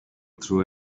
through